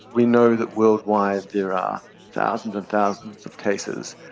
we know that worldwide there are thousands and thousands of cases,